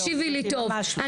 תקשיבי לי טוב,